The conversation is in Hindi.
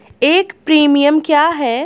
एक प्रीमियम क्या है?